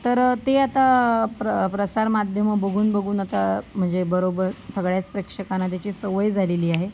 तर ते आता प्र प्रसारमाध्यमं बघून बघून आता म्हणजे बरोबर सगळ्याच प्रेक्षकांना त्याची सवय झालेली आहे